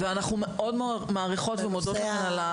ואנחנו מאוד מאוד מעריכות ומודות לכם.